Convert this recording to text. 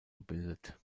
gebildet